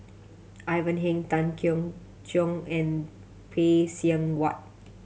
Ivan Heng Tan Keong Choon and Phay Seng Whatt